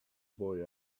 boy